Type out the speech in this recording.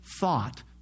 thought